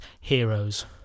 heroes